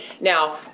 Now